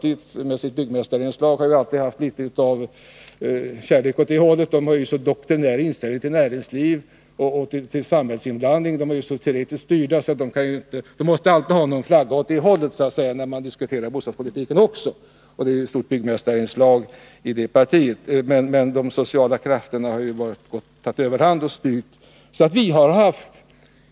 Folkpartiet med sitt byggmästarinslag har ju alltid haft litet kärlek åt det hållet, man har ju där en sådan doktrinär inställning till näringsliv och samhällsinblandning och är så teoretiskt styrd, att man alltid måste så att säga flagga åt det hållet också när man diskuterar bostadspolitiken, men de sociala krafterna har ju dock tagit överhanden och styrt det hela.